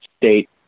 state